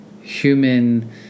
human